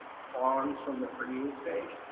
franz from the freeze page,